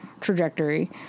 trajectory